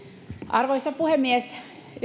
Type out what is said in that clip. arvoisa puhemies yhdyn